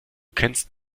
kennst